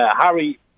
Harry